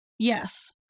Yes